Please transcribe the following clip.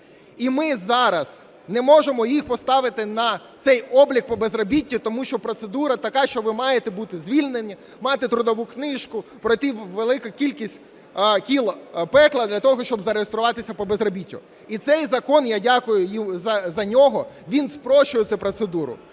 І ми зараз не можемо їх поставити на цей облік по безробіттю, тому що процедура така, що ви маєте бути звільнені, мати трудову книжку, пройти велику кількість кіл пекла для того, щоб зареєструватися по безробіттю. І цей закон, я дякую за нього, він спрощує цю процедуру,